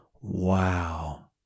Wow